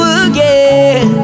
again